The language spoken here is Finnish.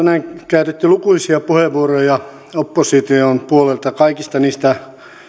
käytetty lukuisia puheenvuoroja opposition puolelta kaikista niistä